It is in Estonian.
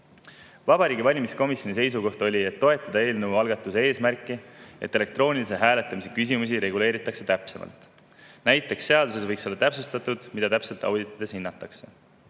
Vabariigi Valimiskomisjoni seisukoht oli, et toetatakse eelnõu eesmärki, et elektroonilise hääletamise küsimusi reguleeritaks täpsemalt. Näiteks võiks seaduses olla täpsustatud, mida täpselt auditites hinnatakse.